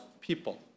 people